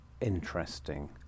interesting